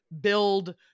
build